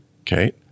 Okay